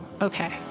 okay